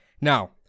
Now